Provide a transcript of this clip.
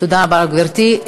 תודה רבה, גברתי.